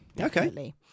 Okay